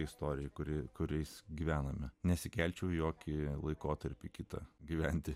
istorijoje kuri kuriais gyvename nesikelčiau jokį laikotarpį kitą gyventi